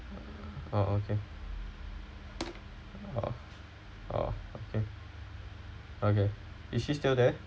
uh okay uh uh okay okay is she still there